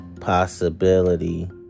possibility